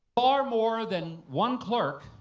far more than one clerk